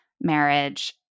marriage